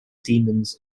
demons